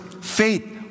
faith